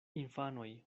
infanoj